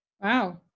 Wow